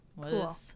Cool